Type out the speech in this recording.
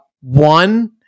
One